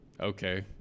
okay